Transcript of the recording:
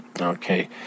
Okay